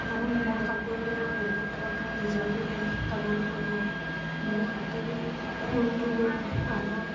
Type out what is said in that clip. কাৰণ মোৰ কাপোৰবিলাক বহুত ধৰণৰ ডিজাইনেৰে তৈয়াৰ কৰোঁ মই হাতেৰে ফুল তোলোঁ আৰু